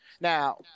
Now